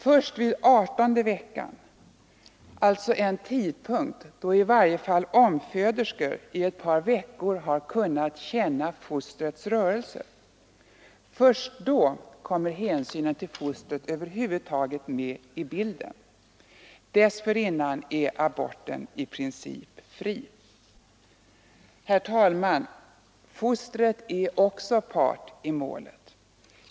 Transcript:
Först vid adertonde havandeskapsveckan — alltså vid den tidpunkt då i varje fall omföderskor i ett par veckor har kunnat känna fostrets rörelser — kommer hänsynen till fostret över huvud taget med i bilden. Dessförinnan är aborten i princip fri. Herr talman! Fostret är också part i målet.